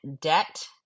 debt